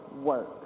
work